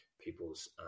people's